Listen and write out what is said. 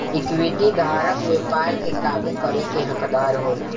equity धारक व्यापार के काबू करे के हकदार होला